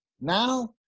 Now